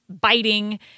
biting